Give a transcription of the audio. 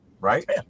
right